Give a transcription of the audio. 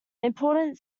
important